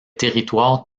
territoires